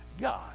God